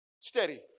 steady